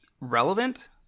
relevant